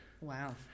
Wow